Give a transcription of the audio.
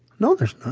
no, there's not.